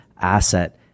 asset